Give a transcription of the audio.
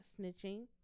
snitching